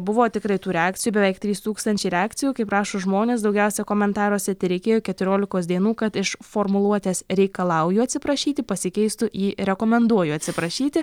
buvo tikrai tų reakcijų beveik trys tūkstančiai reakcijų kaip rašo žmonės daugiausia komentaruose tereikėjo keturiolikos dienų kad iš formuluotės reikalauju atsiprašyti pasikeistų į rekomenduoju atsiprašyti